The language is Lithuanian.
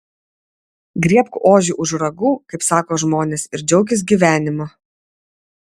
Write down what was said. griebk ožį už ragų kaip sako žmonės ir džiaukis gyvenimu